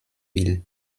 ville